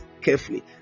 carefully